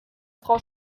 frau